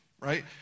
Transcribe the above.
right